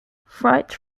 freight